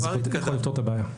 זה יכול לפתור את הבעיה.